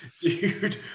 Dude